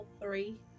three